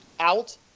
Out